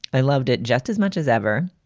i loved it just as much as ever.